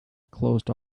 closed